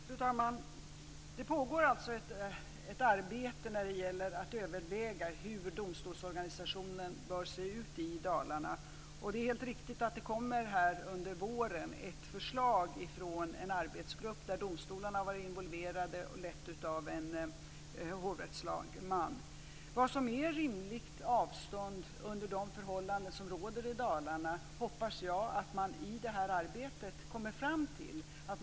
Fru talman! Det pågår alltså ett arbete när det gäller att överväga hur domstolsorganisationen bör se ut i Dalarna. Det är helt riktigt att det under våren kommer ett förslag från en arbetsgrupp där domstolarna har varit involverade. Den har letts av en hovrättslagman. Vad som är rimligt avstånd under de förhållanden som råder i Dalarna hoppas jag att man kommer fram till i det här arbetet.